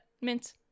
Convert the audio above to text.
mint